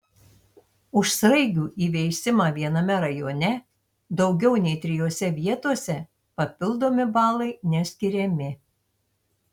už sraigių įveisimą viename rajone daugiau nei trijose vietose papildomi balai neskiriami